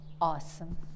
awesome